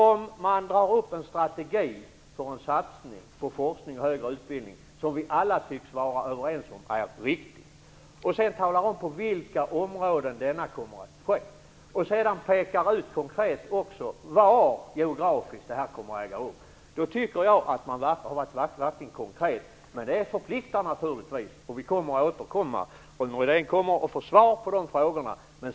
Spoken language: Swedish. Om man drar upp en strategi för en satsning på forskning och högre utbildning som vi alla tycks vara överens om är viktig och sedan talar om på vilka områden denna satsning kommer att göras, sedan pekar ut konkret var geografiskt det kommer att göras, då tycker jag att man verkligen varit konkret. Men det förpliktar naturligtvis. Vi kommer att återkomma. Rune Rydén kommer att få svar på frågorna.